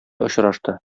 очрашты